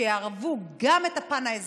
שיערבו גם את הפן האזרחי,